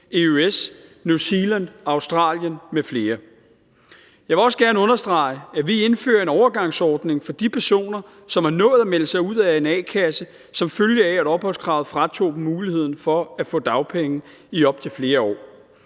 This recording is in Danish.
EØS, New Zealand, Australien m.fl. Jeg vil også gerne understrege, at vi indfører en overgangsordning for de personer, som har nået at melde sig ud af en a-kasse, som følge af at opholdskravet fratog dem muligheden for at få dagpenge i op til flere år.